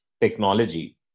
technology